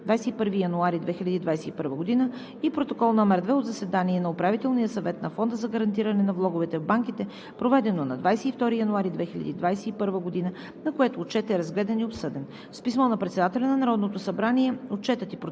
21 януари 2021 г. и Протокол № 2 от заседание на Управителния съвет на Фонда за гарантиране на влоговете в банките, проведено на 22 януари 2021 г., на което Отчетът е разгледан и обсъден. С писмо на председателя на Народното събрание Отчетът и Протоколът